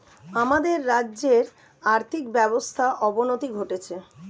আমাদের রাজ্যের আর্থিক ব্যবস্থার অবনতি ঘটছে